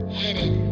hidden